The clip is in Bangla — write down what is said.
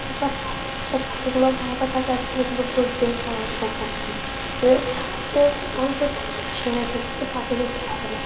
যেসব পাখি যেসব পাখিগুলো বাঁধা থাকে অ্যাকচুয়ালি কিন্তু পুরো জেলখানার মতো বন্ধ থাকে এদের ছাড়তেও মানুষের তবু তো ছেড়ে দেয় কিন্তু পাখিদের ছাড়ে না